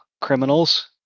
criminals